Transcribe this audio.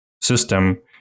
system